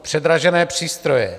Předražené přístroje.